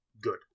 good